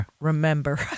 remember